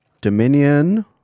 Dominion